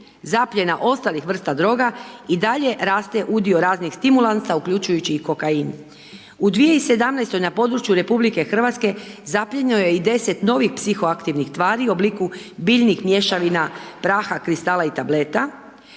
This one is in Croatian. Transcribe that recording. zapiljena ostalih vrsta droga i dalje raste udio raznih stimulansa uključujući i kokain. U 2017. na području RH zaplijenjeno je i 10 novih psihoaktivnih tvari u obliku biljnih mješavina praha, kristala i tableta